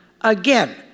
again